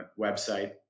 website